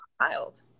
child